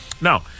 Now